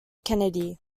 kennedy